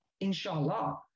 inshallah